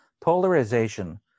polarization